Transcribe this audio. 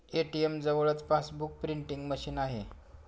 ATM जवळच passbook printing machine आहे